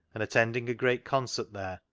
and attending a great concert there,